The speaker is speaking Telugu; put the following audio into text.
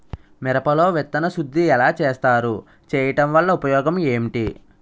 మిరప లో విత్తన శుద్ధి ఎలా చేస్తారు? చేయటం వల్ల ఉపయోగం ఏంటి?